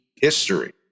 history